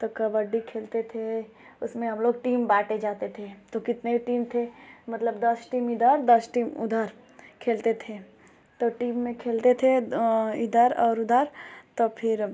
तो कबड्डी खेलते थे उसमें हमलोग टीम बाँटी जाती थी तो कितनी टीम थी मतलब दस टीम इधर दस टीम उधर खेलते थे तो टीम में खेलते थे तो इधर और उधर तब फिर